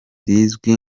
rizwi